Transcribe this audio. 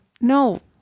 no